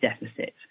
deficit